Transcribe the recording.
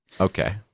Okay